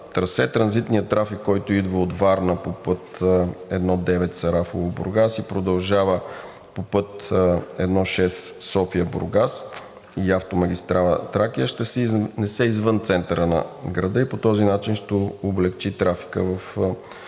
транзитният трафик, който идва от Варна по път I-9 Сарафово – Бургас и продължава по път I-6 София – Бургас и автомагистрала „Тракия“, ще се изнесе извън центъра на града и по този начин ще облекчи трафика в град